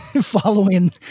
following